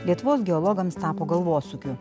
lietuvos geologams tapo galvosūkiu